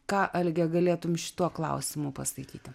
ką alge galėtumei šituo klausimu pasakyti